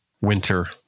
Winter